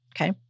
Okay